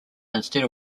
instead